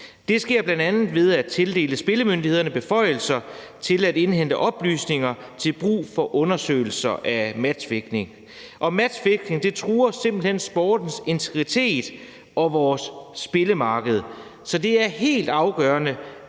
Det sker bl.a. ved at tildele spillemyndigheden beføjelser til at indhente oplysninger til brug for undersøgelser af matchfixing. Matchfixing truer simpelt hen sportens integritet og vores spillemarked, så det er helt afgørende,